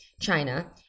China